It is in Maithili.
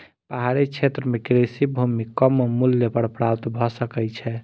पहाड़ी क्षेत्र में कृषि भूमि कम मूल्य पर प्राप्त भ सकै छै